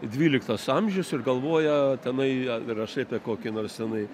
dvyliktas amžius ir galvoja tenai rašai apie kokį nors tenai